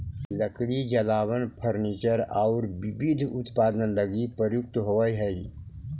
लकड़ी जलावन, फर्नीचर औउर विविध उत्पाद लगी प्रयुक्त होवऽ हई